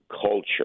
culture